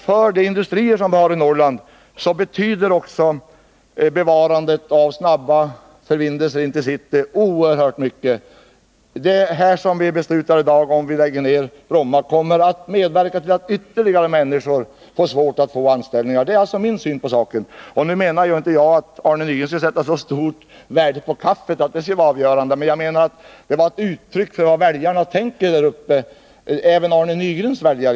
För de industrier som vi har i Norrland betyder bevarandet av snabba förbindelser in till city oerhört mycket. Ett beslut i dag om att lägga ner Bromma skulle medverka till att fler människor får svårt att få anställningar. Det är min syn på saken. Jag menade inte att Arne Nygren skulle sätta så stort värde på kaffet att det skulle vara avgörande. Jag menade att det var ett uttryck för vad väljarna tänker, även Arne Nygrens väljare.